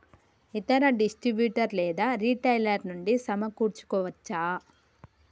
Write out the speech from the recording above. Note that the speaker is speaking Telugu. ఇతర డిస్ట్రిబ్యూటర్ లేదా రిటైలర్ నుండి సమకూర్చుకోవచ్చా?